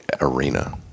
arena